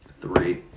Three